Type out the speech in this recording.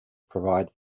provide